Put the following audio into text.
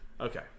Okay